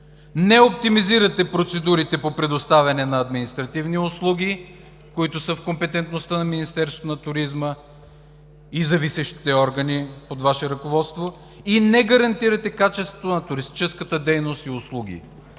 не оптимизирате процедурите по предоставяне на административни услуги, които са в компетентността на Министерството на туризма и зависещите органи под Ваше ръководство и не гарантирате качеството на туристическата дейност и услуги.